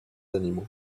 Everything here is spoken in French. animaux